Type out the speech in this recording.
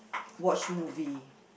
watch movie